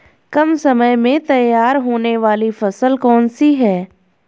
कम समय में तैयार होने वाली फसल कौन सी है?